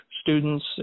students